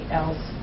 else